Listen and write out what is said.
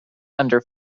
under